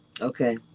Okay